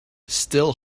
still